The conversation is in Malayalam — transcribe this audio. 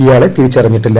ഇയാളെ തിരിച്ചറിഞ്ഞിട്ടില്ല